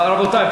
רבותי,